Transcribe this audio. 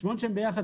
חשבונות שהם ביחד,